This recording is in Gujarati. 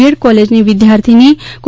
એડ કોલેજની વિદ્યાર્થીની કુ